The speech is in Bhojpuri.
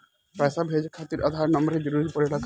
पैसे भेजे खातिर आधार नंबर के जरूरत पड़ी का?